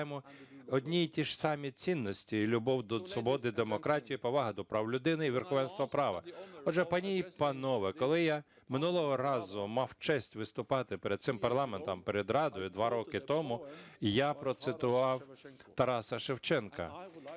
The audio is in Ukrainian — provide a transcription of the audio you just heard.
що ми поділяємо одні і ті ж самі цінності: любов до свободи і демократії, повага до прав людини і верховенство права. Отже, пані і панове, коли я минулого разу мав честь виступати перед цим парламентом, перед Радою, два роки тому, я процитував Тараса Шевченка,